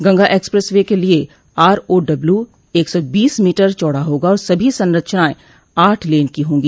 Ganga expressway के लिये ROW एक सौ बीस मीटर चौड़ा होगा और सभी संरचनाएं आठ लेन की होंगी